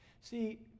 See